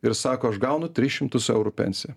ir sako aš gaunu tris šimtus eurų pensiją